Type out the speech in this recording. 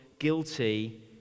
guilty